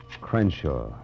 Crenshaw